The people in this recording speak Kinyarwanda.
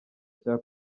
cya